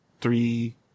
three